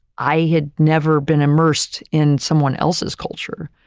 i had never been immersed in someone else's culture.